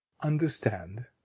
understand